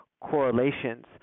correlations